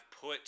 put